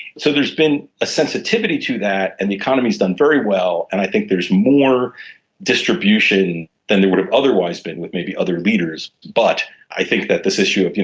so there has been a sensitivity to that, and the economy has done very well, and i think there is more distribution than there would have otherwise been with maybe other leaders. but i think that this issue of, you